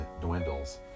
dwindles